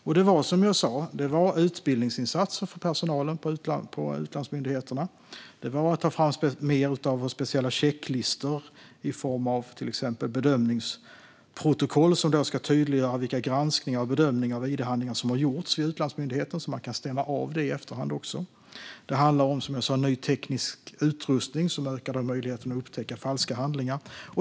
Och det är, som jag sa, utbildningsinsatser för personalen på utlandsmyndigheterna, mer speciella checklistor i form av till exempel bedömningsprotokoll som ska tydliggöra vilka granskningar och bedömningar av id-handlingar som har gjorts vid utlandsmyndigheter, så att man kan stämma av det i efterhand. Det handlar också om, som jag sa, ny teknisk utrustning som ökar möjligheten att upptäcka falska handlingar.